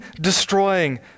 destroying